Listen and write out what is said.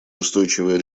устойчивое